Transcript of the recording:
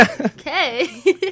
Okay